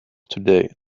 today